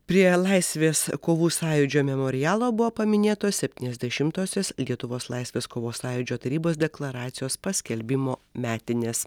prie laisvės kovų sąjūdžio memorialo buvo paminėtos septyniasdešimtosios lietuvos laisvės kovos sąjūdžio tarybos deklaracijos paskelbimo metinės